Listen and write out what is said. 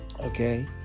okay